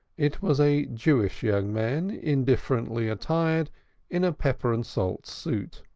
it was a jewish young man, indifferently attired in a pepper-and-salt suit.